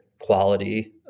quality